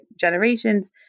generations